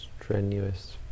strenuous